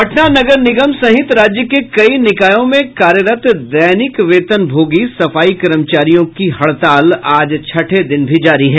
पटना नगर निगम सहित राज्य के कई निकायों में कार्यरत दैनिक वेतन भोगी सफाई कर्मचारियों की हड़ताल आज छठे दिन भी जारी है